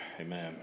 amen